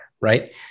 right